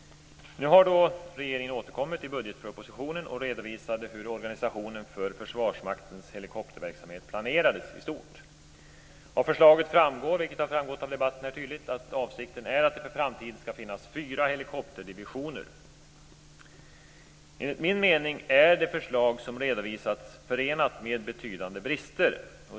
Nu har regeringen återkommit och i budgetpropositionen redovisat hur organisationen för Försvarsmaktens helikopterverksamhet planeras i stort. Av förslaget framgår, vilket tydligt har framgått av debatten, att avsikten är att det för framtiden skall finnas fyra helikopterdivisioner. Enligt min mening är det förslag som redovisats förenat med betydande brister.